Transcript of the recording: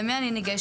למי אני ניגשת?